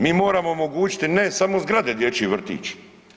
Mi moramo omogućiti ne samo zgrade, dječji vrtić.